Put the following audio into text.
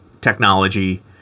technology